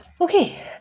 Okay